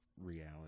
reality